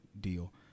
deal